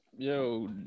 Yo